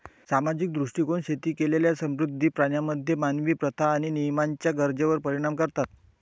सामाजिक दृष्टीकोन शेती केलेल्या समुद्री प्राण्यांमध्ये मानवी प्रथा आणि नियमांच्या गरजेवर परिणाम करतात